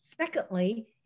Secondly